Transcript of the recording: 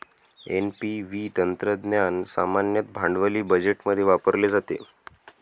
NPV तंत्रज्ञान सामान्यतः भांडवली बजेटमध्ये वापरले जाते